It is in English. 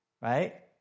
right